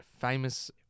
famous